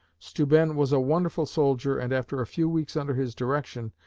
steuben was a wonderful soldier and after a few weeks under his direction,